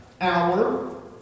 hour